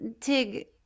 Tig